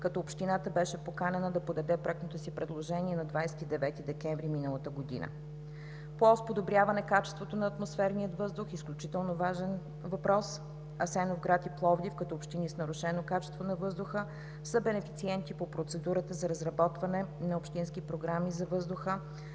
като общината беше поканена да подаде проектното си предложение на 29 декември миналата година. По ос „Подобряване качеството на атмосферния въздух“ – изключително важен въпрос – Асеновград и Пловдив, като общини с нарушено качество на въздуха, са бенефициенти по процедура за разработване на общински програми за въздуха